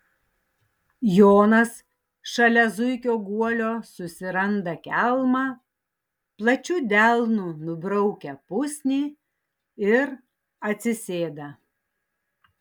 jonas šalia zuikio guolio susiranda kelmą plačiu delnu nubraukia pusnį ir atsisėda